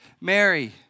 Mary